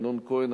אמנון כהן,